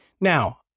Now